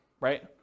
right